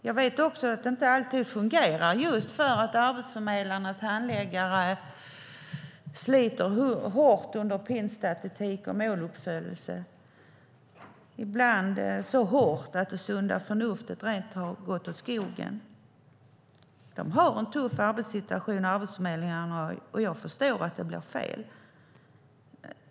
Jag vet också att det inte alltid fungerar, just för att Arbetsförmedlingens handläggare sliter hårt under pinnstatistik och måluppfyllelse - ibland så hårt att det sunda förnuftet rent har gått åt skogen. Arbetsförmedlingarna har en tuff arbetssituation, och jag förstår att det blir fel.